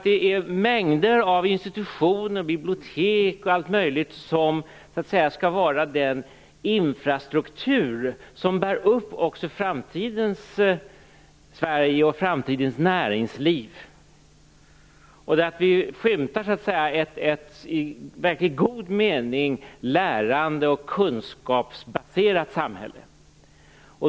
Det är mängder av institutioner, bibliotek och allt möjligt som skall vara den infrastruktur som bär upp också framtidens Sverige och framtidens näringsliv. Vi skymtar ett i verkligt god mening lärande och kunskapsbaserat samhälle.